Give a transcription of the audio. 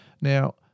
Now